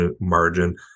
margin